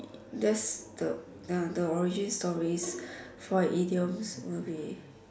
that's the the origin story for idioms movie